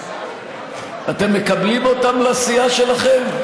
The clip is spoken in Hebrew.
אתם מקבלים אותם לסיעה שלכם?